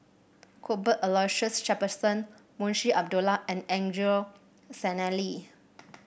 Cuthbert Aloysius Shepherdson Munshi Abdullah and Angelo Sanelli